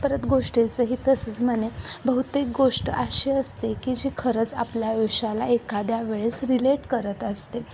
परत गोष्टीचंही तसंच म्हणेन बहुतेक गोष्ट अशी असते की जी खरंच आपल्या आयुष्याला एखाद्या वेळेस रिलेट करत असते